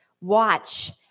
Watch